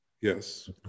Yes